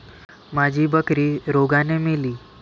माझी बकरी रोगाने मेली